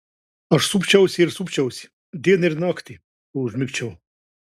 aš supčiausi ir supčiausi dieną ir naktį kol užmigčiau